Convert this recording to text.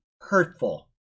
hurtful